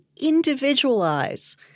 individualize